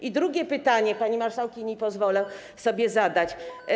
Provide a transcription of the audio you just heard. I drugie pytanie, pani marszałkini, pozwolę sobie zadać.